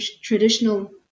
traditional